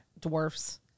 dwarfs